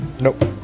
Nope